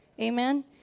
Amen